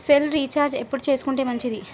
Cell recharge ఎప్పుడు చేసుకొంటే మంచిది?